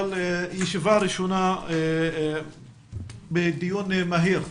אבל היא ישיבה ראשונה בדיון מהיר,